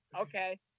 Okay